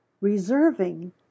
reserving